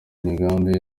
migambi